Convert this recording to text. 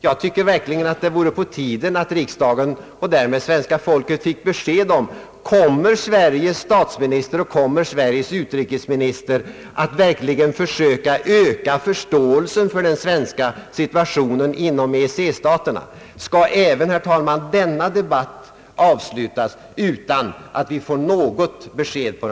Jag tycker verkligen att det vore på tiden att riksdagen och därmed svenska folket fick besked på denna punkt: Kommer Sveriges statsminister och Sveriges utrikesminister att verkligen försöka öka förståelsen inom EEC-staterna för den svenska situationen? Skall även denna debatt avslutas utan att vi får något besked?